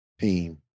team